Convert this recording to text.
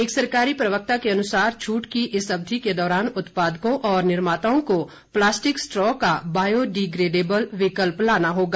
एक सरकारी प्रवक्ता के अनुसार छूट की इस अवधि के दौरान उत्पादकों और निर्माताओं को प्लास्टिक स्ट्रा का बायो डिग्रेडेबल विकल्प लाना होगा